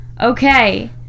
Okay